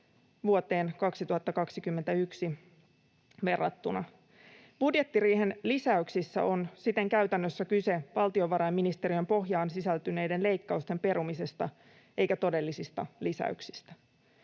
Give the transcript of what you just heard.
vuoteen 2021 verrattuna. Budjettiriihen lisäyksissä on siten käytännössä kyse valtionvarainministeriön pohjaan sisältyneiden leikkausten perumisesta eikä todellisista lisäyksistä.